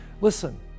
Listen